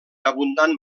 abundant